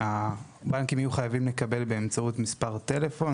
שהבנקים יהיו חייבים לקבל באמצעות מספר טלפון.